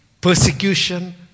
Persecution